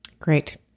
Great